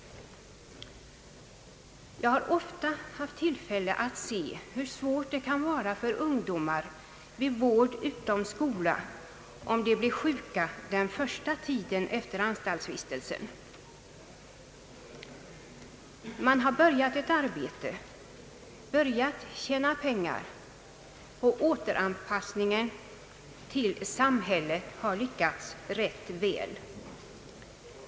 Jag har ofta haft tillfälle att se hur svårt det kan vara för ungdomar vid vård utom skola om de blir sjuka den första tiden efter anstaltsvistelsen. Man har börjat arbeta igen och tjäna pengar och återanpassningen till samhället har lyckats rätt väl.